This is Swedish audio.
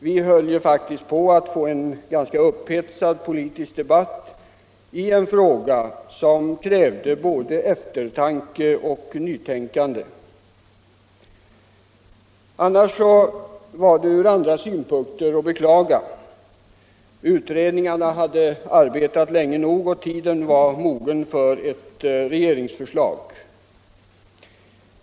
Vi höll ju faktiskt på att få en upphetsad politisk debatt i en fråga som krävde både eftertanke och nytänkande. Ur andra synpunkter var beslutet att beklaga. Utredningarna hade arbetat länge nog och tiden var mogen för ett regeringsförslag.